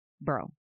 bro